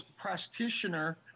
practitioner